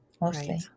mostly